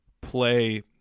play